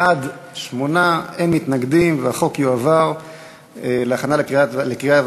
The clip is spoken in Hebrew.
בעד, 8, אין מתנגדים, והחוק יועבר להכנה לקריאה